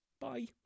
bye